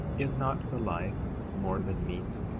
is not the life more than meat,